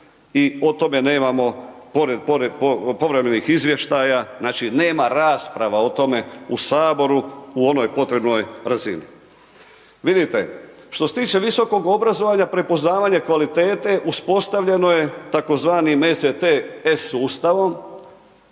i o tome nemamo povremenih izvještaja, znači nema rasprava o tome u Saboru, u onoj potrebnoj razini. Vidite, što se tiče visokog obrazovanja, prepoznavanja kvalitete uspostavljeno je tzv. NCTS sustavom,